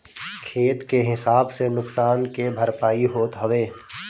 खेत के हिसाब से नुकसान के भरपाई होत हवे